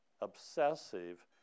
obsessive